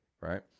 right